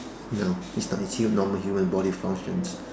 no it's not it's you normal human body functions